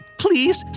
please